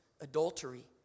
adultery